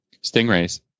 stingrays